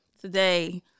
Today